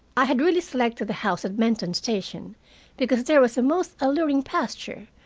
i had really selected the house at benton station because there was a most alluring pasture,